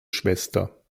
schwester